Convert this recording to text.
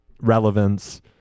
relevance